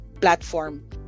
platform